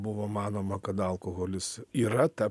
buvo manoma kad alkoholis yra ta